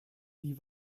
die